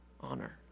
honor